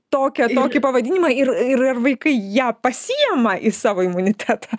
tokią tokį pavadinimą ir ir ar vaikai ją pasiima į savo imunitetą